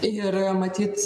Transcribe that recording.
ir matyt